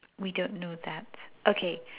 we don't know that okay